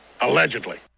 Allegedly